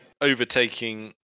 overtaking